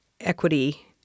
equity